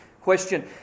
question